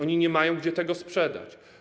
Oni nie mają gdzie tego sprzedać.